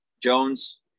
Jones